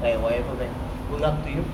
like whatever man good luck to you